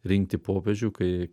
rinkti popiežių kai